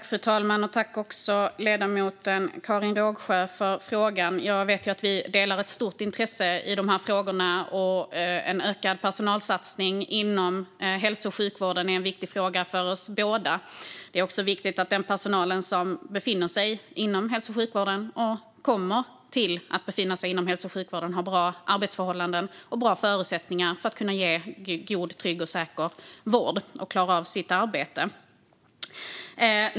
Fru talman! Tack, ledamoten Karin Rågsjö, för frågan! Jag vet att vi delar ett stort intresse för de här frågorna. En ökad personalsatsning inom hälso och sjukvården är viktig för oss båda. Det är också viktigt att den personal som befinner sig inom hälso och sjukvården och kommer att göra det har bra arbetsförhållanden och bra förutsättningar för att kunna ge god, trygg och säker vård och klara av sitt arbete.